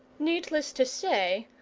needless to say,